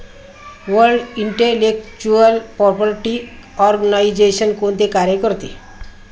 World intellectual property organisation कोणते कार्य करते?